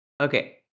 okay